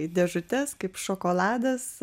į dėžutes kaip šokoladas